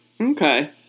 Okay